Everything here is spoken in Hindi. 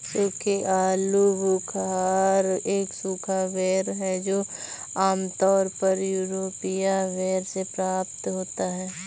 सूखे आलूबुखारा एक सूखा बेर है जो आमतौर पर यूरोपीय बेर से प्राप्त होता है